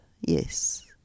Yes